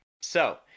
So-